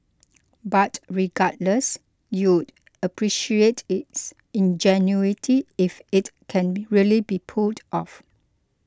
but regardless you'd appreciate its ingenuity if it can really be pulled off